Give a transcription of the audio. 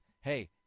Hey